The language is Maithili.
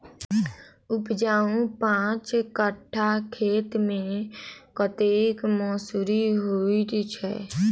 उपजाउ पांच कट्ठा खेत मे कतेक मसूरी होइ छै?